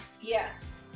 yes